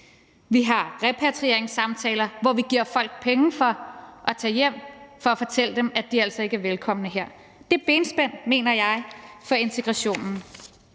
vi har repatrieringssamtaler, hvor vi giver folk penge for at tage hjem, for at fortælle dem, at de altså ikke er velkomne her. Det er benspænd, mener jeg, for integrationen.